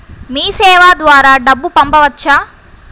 మీసేవ ద్వారా డబ్బు పంపవచ్చా?